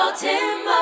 Timber